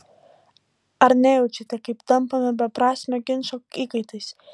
ar nejaučiate kaip tampame beprasmio ginčo įkaitais